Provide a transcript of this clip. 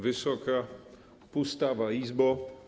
Wysoka Pustawa Izbo!